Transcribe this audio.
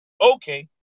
okay